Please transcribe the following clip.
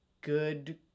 good